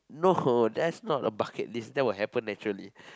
no that's not a bucket list that will happen actually